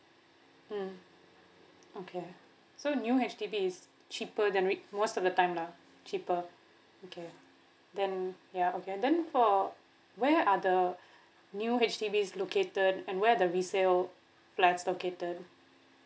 mm okay new H_D_B is cheaper than re~ most of the time lah cheaper okay then ya okay and then for where are the new HDBs located and where are the resale flats located